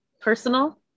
personal